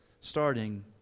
starting